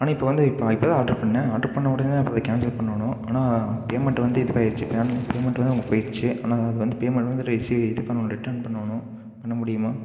ஆனால் இப்போ வந்து இப்போ இப்போதான் ஆட்ரு பண்ண ஆட்ரு பண்ண உடனே இப்போதே கேன்சல் பண்ணனும் ஆனால் பேமண்ட் வந்து இதுவாகிடுச்சி பேமண்ட் வந்து உங்களுக்கு போயிடுச்சு ஆனால் அது வந்து பேமண்ட் வந்து தயவுசெஞ்சு இது பண்ணனும் ரிட்டன் பண்ணனும் பண்ண முடியுமா